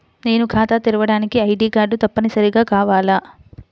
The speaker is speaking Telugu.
నేను ఖాతా తెరవడానికి ఐ.డీ కార్డు తప్పనిసారిగా కావాలా?